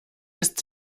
ist